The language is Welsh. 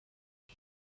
mae